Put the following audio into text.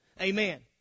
Amen